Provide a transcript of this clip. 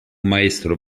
maestro